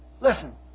Listen